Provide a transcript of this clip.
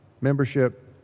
membership